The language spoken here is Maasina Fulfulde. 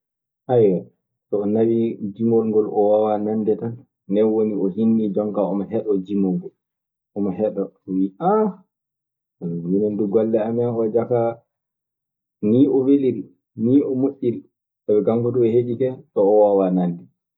Sa a jiɗɗo hedde sirri yimɓe fuu; waajibi so wanaa ngaɗaa dabere nanndinkinoɗaaɓe. Ndenno so mi kaa mi waɗaama gooto e tewtooɓe sirri fedde warooɓe hoore. Min e hooram so wanaa mi waɗa hooram hono mi baroowo hoore nii faa ɓe ngonɗina kam. So ɓe ngonɗinii kam fuu, nde kaa mi heɓa gollude golle oo wonude e maɓɓe.